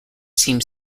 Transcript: seemed